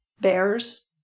bears